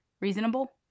reasonable